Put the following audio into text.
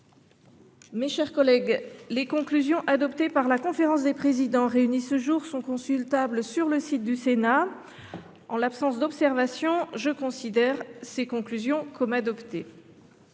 est ainsi rédigé. Les conclusions adoptées par la conférence des présidents, réunie ce jour, sont consultables sur le site du Sénat. En l’absence d’observations, je les considère comme adoptées.